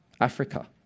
Africa